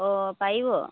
অঁ পাৰিব